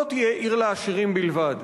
לא תהיה עיר לעשירים בלבד.